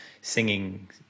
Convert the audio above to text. singing